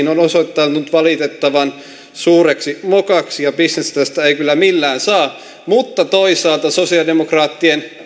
on osoittautunut valitettavan suureksi mokaksi ja bisnestä tästä ei kyllä millään saa mutta toisaalta sosialidemokraattien